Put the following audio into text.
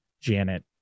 Janet